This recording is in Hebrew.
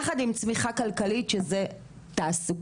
יחד עם צמיחה כלכלית שזה תעסוקה.